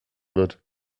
wird